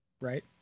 Right